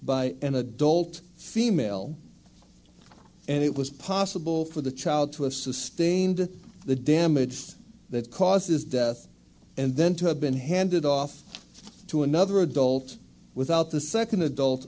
by an adult female and it was possible for the child to a sustained the damaged that causes death and then to have been handed off to another adult without the second adult